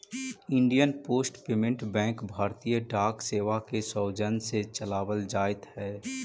Indian post payment bank भारतीय डाक सेवा के सौजन्य से चलावल जाइत हइ